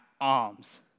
arms